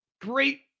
great